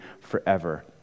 forever